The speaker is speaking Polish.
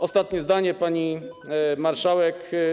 Ostatnie zdanie, pani marszałek.